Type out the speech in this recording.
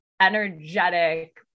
energetic